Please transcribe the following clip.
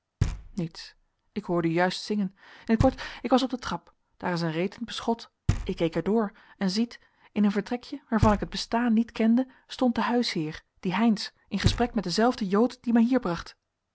niets ik hoorde u juist zingen in t kort ik was op de trap daar is een reet in t beschot ik keek er door en ziet in een vertrekje waarvan ik het bestaan niet kende stond de huisheer die heynsz in gesprek met denzelfden jood die mij hier bracht